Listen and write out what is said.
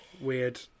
Weird